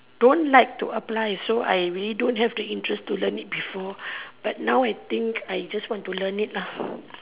don't like to apply so I really don't have the interest to learn it before but now I think I just want to learn it lah